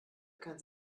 kein